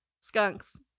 Skunks